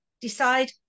decide